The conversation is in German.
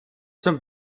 zum